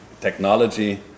technology